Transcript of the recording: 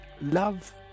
Love